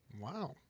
Wow